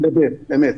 אמת.